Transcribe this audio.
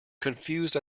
confused